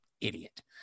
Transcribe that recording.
idiot